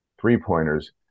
three-pointers